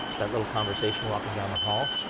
that little conversation walking down the hall.